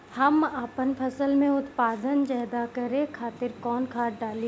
हम आपन फसल में उत्पादन ज्यदा करे खातिर कौन खाद डाली?